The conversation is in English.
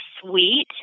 sweet